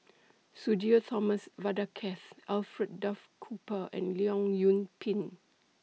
Sudhir Thomas Vadaketh Alfred Duff Cooper and Leong Yoon Pin